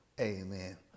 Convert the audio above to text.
amen